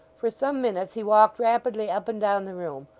for some minutes he walked rapidly up and down the room,